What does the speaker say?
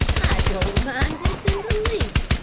don't mind this in the least,